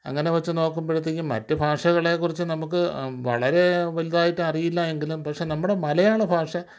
അങ്ങനെ വെച്ചു നോക്കുമ്പോഴത്തേക്ക് മറ്റ് ഭാഷകളെക്കുറിച്ച് നമ്മൾക്ക് വളരെ വലുതായിട്ട് അറിയില്ല എങ്കിലും പക്ഷേ നമ്മുടെ മലയാള ഭാഷ